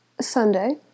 Sunday